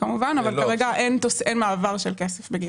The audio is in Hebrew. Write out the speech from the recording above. כמובן אבל כרגע אין מעבר של כסף.